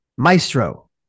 Maestro